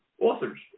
authors